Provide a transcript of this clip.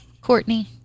Courtney